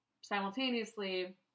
simultaneously